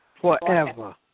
forever